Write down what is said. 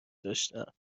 داشتم